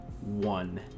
One